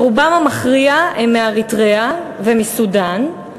רובם המכריע הם מאריתריאה ומסודאן,